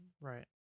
Right